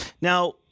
now